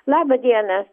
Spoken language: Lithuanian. laba diena